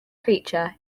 creature